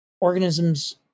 organisms